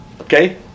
Okay